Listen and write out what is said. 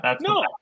no